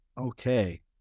Okay